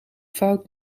fout